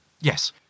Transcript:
Yes